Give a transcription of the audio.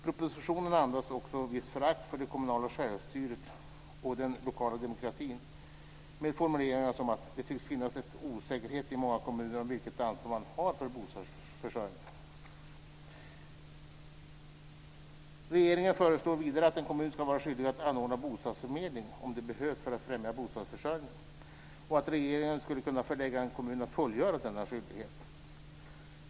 Propositionen andas också ett visst förakt för det kommunala självstyret och den lokala demokratin, med formuleringar som att "det nu tycks finnas en osäkerhet i många kommuner om vilket ansvar man har för bostadsförsörjningen". Regeringen föreslår vidare att en kommun ska vara skyldig att anordna bostadsförmedling om det behövs för att främja bostadsförsörjningen och att regeringen skulle kunna förelägga en kommun att fullgöra denna skyldighet.